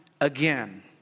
again